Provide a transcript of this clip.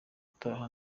utaha